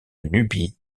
nubie